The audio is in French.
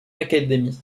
academy